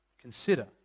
consider